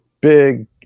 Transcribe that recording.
big